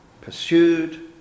pursued